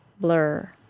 blur